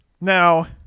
Now